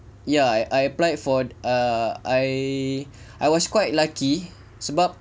ya I I applied for err I I was quite lucky sebab